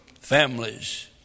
Families